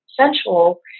sensual